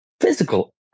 physical